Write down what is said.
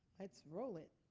let's roll it.